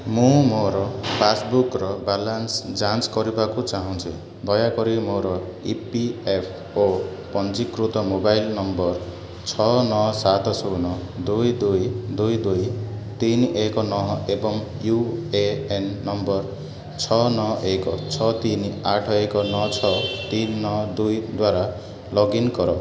ମୁଁ ମୋର ପାସ୍ବୁକ୍ର ବାଲାନ୍ସ୍ ଯାଞ୍ଚ କରିବାକୁ ଚାହୁଁଛି ଦୟାକରି ମୋର ଇ ପି ଏଫ୍ ଓ ପଞ୍ଜୀକୃତ ମୋବାଇଲ୍ ନମ୍ବର ଛଅ ନଅ ସାତ ଶୂନ ଦୁଇ ଦୁଇ ଦୁଇ ଦୁଇ ତିନି ଏକ ନହ ଏବଂ ୟୁ ଏ ଏନ୍ ନମ୍ବର ଛଅ ନଅ ଏକ ଛଅ ତିନି ଆଠ ଏକ ନଅ ଛଅ ତିନି ନଅ ଦୁଇ ଦ୍ଵାରା ଲଗ୍ଇନ୍ କର